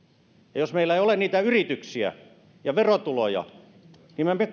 ja jos meillä ei ole niitä yrityksiä ja verotuloja niin me